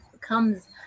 comes